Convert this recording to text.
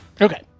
Okay